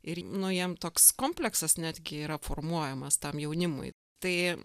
ir nu jiem toks kompleksas netgi yra formuojamas tam jaunimui tai